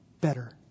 better